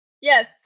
Yes